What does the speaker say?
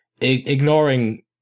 ignoring